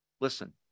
Listen